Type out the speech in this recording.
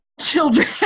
children